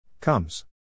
Comes